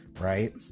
right